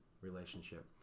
relationship